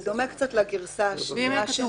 זה דומה לגרסה השנייה שמוצעת.